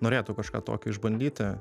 norėtų kažką tokio išbandyti